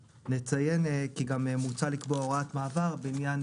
נציין כי בהמשך החוק גם מוצע לקבוע הוראת מעבר בעניין